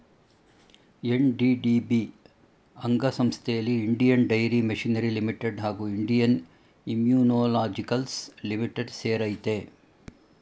NDDB ಅಂಗಸಂಸ್ಥೆಲಿ Indian dairy machinery limited ಹಾಗೂ Indian immunologicals limited ಸೇರಯ್ತೆ